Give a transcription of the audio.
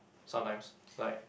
sometimes like